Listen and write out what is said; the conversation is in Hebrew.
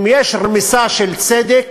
אם יש רמיסה של צדק,